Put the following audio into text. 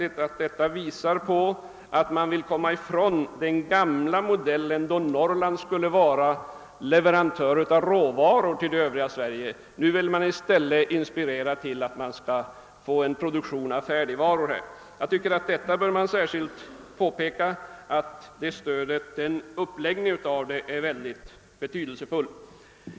Jag tror att detta visar att man vill komma ifrån den gamla modellen med Norrland som leverantör av råvaror till det övriga Sverige. Nu vill man i stället inspirera till en produktion av färdigvaror i Norrland. Jag tycker att denna uppläggning av stödet är mycket förtjänstfull.